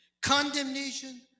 condemnation